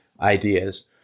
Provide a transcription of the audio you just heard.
ideas